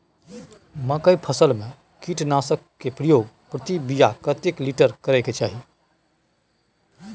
मकई फसल में कीटनासक के प्रयोग प्रति बीघा कतेक लीटर करय के चाही?